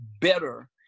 better